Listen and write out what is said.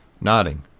Nodding